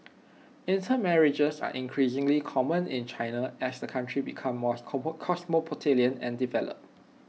intermarriages are increasingly common in China as the country becomes more cosmopolitan and developed